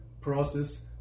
process